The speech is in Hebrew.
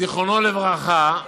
זיכרונו לברכה,